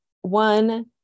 one